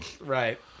Right